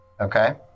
Okay